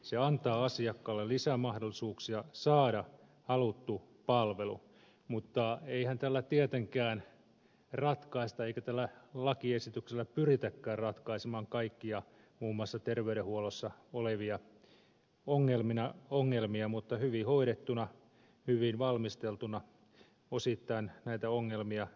se antaa asiakkaalle lisämahdollisuuksia saada haluttu palvelu mutta eihän tällä tietenkään ratkaista eikä tällä lakiesityksellä pyritäkään ratkaisemaan kaikkia muun muassa terveydenhuollossa olevia ongelmia mutta hyvin hoidettuna hyvin valmisteltuna tämä osittain näitä ongelmia poistanee